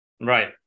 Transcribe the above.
Right